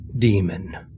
demon